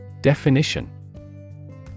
Definition